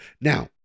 Now